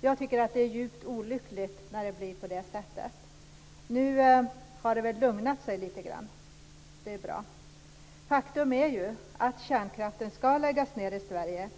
Jag tycker att det är djupt olyckligt när det blir på det sättet. Men nu har det nog lugnat sig lite grann och det är bra. Faktum är ju att kärnkraften ska läggas ned i Sverige.